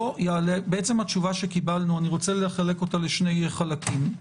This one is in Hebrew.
בעצם את התשובה שקיבלנו אני רוצה לחלק לשני חלקים.